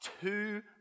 two